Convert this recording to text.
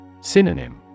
Synonym